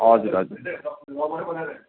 हजुर हजुर